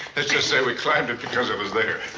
let's just say we climbed it because it was there.